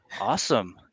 Awesome